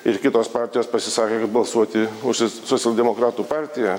ir kitos partijos pasisakė kad balsuoti už socialdemokratų partiją